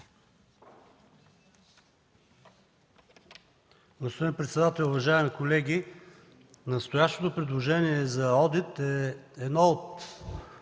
Господин председател, уважаеми колеги! Настоящето предложение за одит е едно от